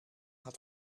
had